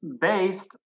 based